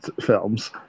films